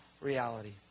reality